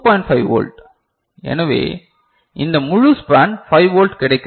5 volt எனவே இந்த முழு ஸ்பான் 5 வோல்ட் கிடைக்கிறது